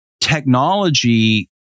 technology